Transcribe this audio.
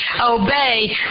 obey